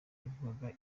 yavugaga